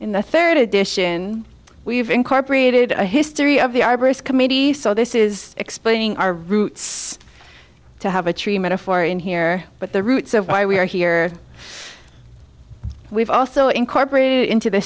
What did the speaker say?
in the third edition we've incorporated a history of the arborist committee so this is explaining our roots to have a tree metaphor in here but the roots of why we are here we've also incorporated into the